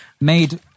made